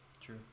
True